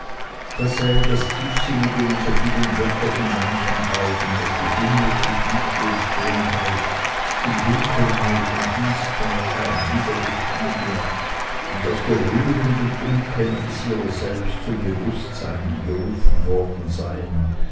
sei ja das tiefsinnige in so vielen götter und menschensagen daß die himmlische güte und schönheit in dunkelheit und dienstbarkeit niedergestiegen und aus der rührenden unkenntnis ihrer selbst zum bewußtsein gerufen worden seien